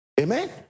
Amen